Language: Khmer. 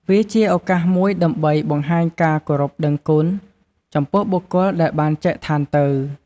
វាជាឱកាសមួយដើម្បី បង្ហាញការគោរពដឹងគុណ ចំពោះបុគ្គលដែលបានចែកឋានទៅ។